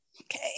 Okay